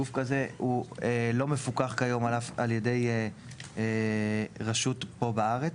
גוף כזה הוא לא מפוקח כיום על ידי רשות פה בארץ,